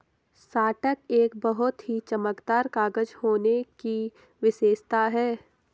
satin एक बहुत ही चमकदार कागज होने की विशेषता है